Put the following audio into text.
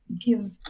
give